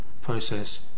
process